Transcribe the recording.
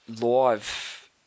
live